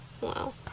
Wow